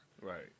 Right